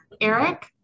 Eric